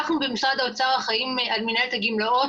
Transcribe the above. אנחנו במשרד האוצר אחראים על מנהלת הגמלאות,